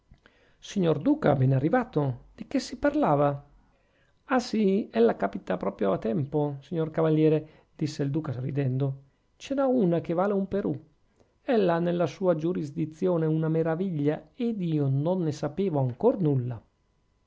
signor duca bene arrivato di che si parlava ah sì ella capita proprio a tempo signor cavaliere disse il duca ridendo ce n'ho una che vale un perù ella ha nella sua giurisdizione una meraviglia ed io non ne sapevo ancor nulla